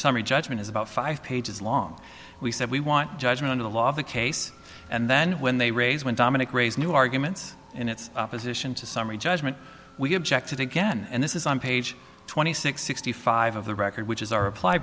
summary judgment is about five pages long we said we want judgment on the law of the case and then when they raise when dominic raise new arguments in its opposition to summary judgment we objected again and this is on page twenty six sixty five of the record which is our reply